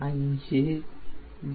5 0